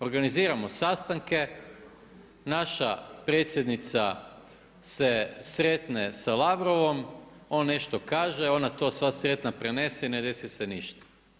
Organiziramo sastanke, naša predsjednica se sretne sa Lavrovom, on nešto kaže, ona to sva sretna prenese i ne desi se ništa.